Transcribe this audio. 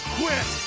quit